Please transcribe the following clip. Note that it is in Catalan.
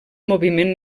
moviment